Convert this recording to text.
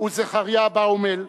וזכריה באומל,